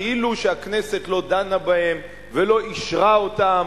כאילו הכנסת לא דנה בהן ולא אישרה אותן